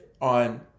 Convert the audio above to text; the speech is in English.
on